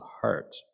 heart